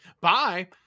Bye